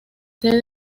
sede